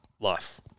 life